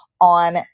on